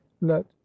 let